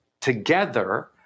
together